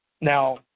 Now